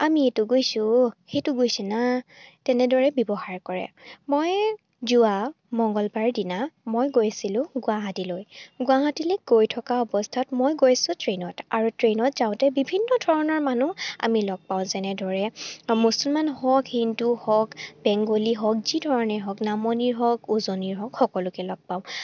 আমি এইটো গৈছোঁ সেইটো গৈছে না তেনেদৰে ব্যৱহাৰ কৰে মই যোৱা মংগলবাৰ দিনা মই গৈছিলোঁ গুৱাহাটীলৈ গুৱাহাটীলৈ গৈ থকা অৱস্থাত মই গৈছোঁ ট্ৰেইনত আৰু ট্ৰেইনত যাওঁতে বিভিন্ন ধৰণৰ মানুহ আমি লগ পাওঁ যেনেদৰে মুছলমান হওক হিন্দু হওক বেংগলী হওক যিধৰণে হওক নামনিৰ হওক উজনিৰ হওক সকলোকে লগ পাওঁ